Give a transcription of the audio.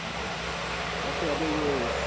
अच्छा जस्तै अब यो